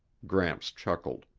gramps chuckled.